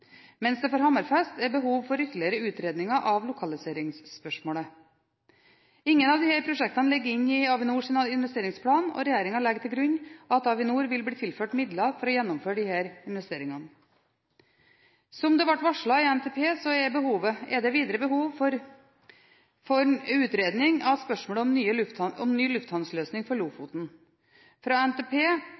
mens det for Hammerfest er behov for ytterligere utredninger av lokaliseringsspørsmålet. Ingen av disse prosjektene ligger inne i Avinors investeringsplan, og regjeringen legger til grunn at Avinor vil bli tilført midler for å gjennomføre disse investeringene. Som det ble varslet i NTP, er det videre behov for utredning av spørsmålet om ny lufthavnløsning for Lofoten. Ut fra NTP